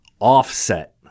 Offset